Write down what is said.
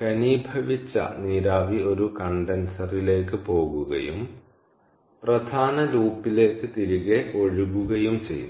ഘനീഭവിച്ച നീരാവി ഒരു കണ്ടൻസറിലേക്ക് പോകുകയും പ്രധാന ലൂപ്പിലേക്ക് തിരികെ ഒഴുകുകയും ചെയ്യും